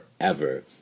forever